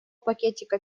пакетика